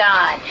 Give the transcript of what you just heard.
God